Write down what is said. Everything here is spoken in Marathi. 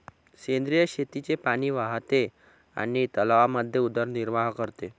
सेंद्रिय शेतीचे पाणी वाहते आणि तलावांमध्ये उदरनिर्वाह करते